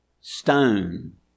stone